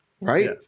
right